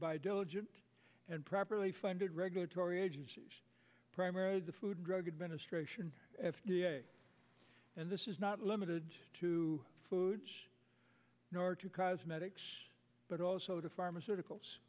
by diligent and properly funded regulatory agencies primaried the food and drug administration f d a and this is not limited to food nor to cosmetics but also to pharmaceuticals